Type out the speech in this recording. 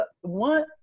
one